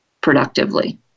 productively